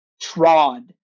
trod